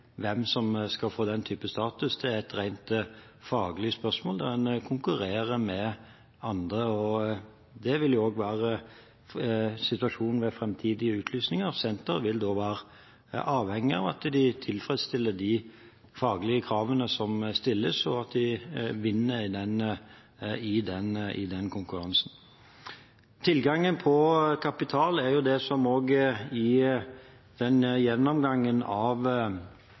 hvem som skal få den typen status. Det er et rent faglig spørsmål, der en konkurrerer med andre. Det vil også være situasjonen ved framtidige utlysninger. Senteret vil være avhengig av at det tilfredsstiller de faglige kravene som stilles, og at de vinner i den konkurransen. Tilgangen på kapital er det som også i den gjennomgangen av